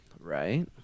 Right